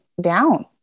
down